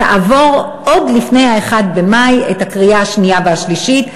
תעבור עוד לפני 1 במאי את הקריאה השנייה ושלישית,